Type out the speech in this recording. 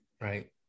right